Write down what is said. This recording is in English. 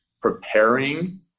preparing